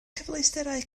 cyfleusterau